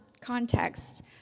context